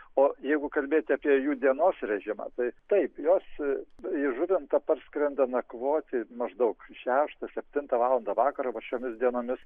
o jeigu kalbėti apie jų dienos režimą tai taip jos į žuvintą parskrenda nakvoti maždaug šeštą septintą valandą vakaro vat šiomis dienomis